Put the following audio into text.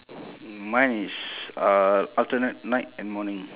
mine is uh alternate night and morning